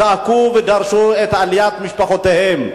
זעקו ודרשו את עליית משפחותיהם.